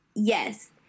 Yes